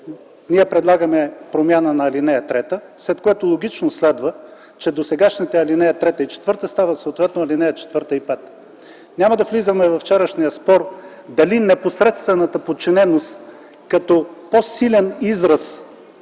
Ние предлагаме промяна на ал. 3, след което логично следва, че досегашните алинеи 3 и 4 стават съответно алинеи 4 и 5. Няма да влизаме във вчерашния спор дали непосредствената подчиненост като по-силен израз